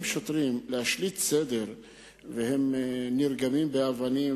שוטרים להשליט סדר והם נרגמים באבנים.